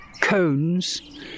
cones